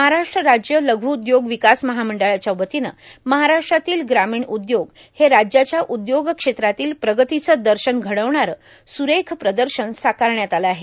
महाराष्ट्र राज्य लघ्उदयोग र्वकास महामंडळाच्या वतीने महाराष्ट्रातील ग्रामीण उद्योग हे राज्याच्या उदयोग क्षेत्रातील प्रगतीचे दशन घर्डावणारे सुरेख प्रदशन साकारण्यात आलं आहे